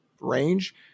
range